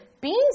Beans